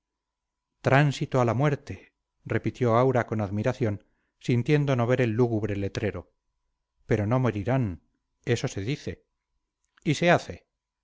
tránsito a la muerte repitió aura con admiración sintiendo no ver el lúgubre letrero pero no morirán eso se dice y se hace